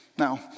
Now